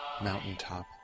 mountaintop